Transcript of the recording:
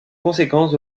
conséquence